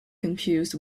confused